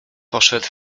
poszedł